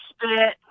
Spit